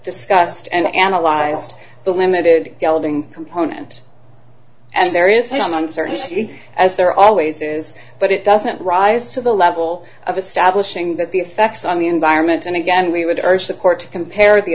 discussed and analyzed the limited gelding component and there is some uncertainty as there always is but it doesn't rise to the level of establishing that the effects on the environment and again we would urge the court to compare the